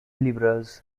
liberals